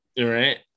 right